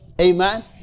Amen